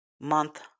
month